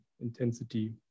intensity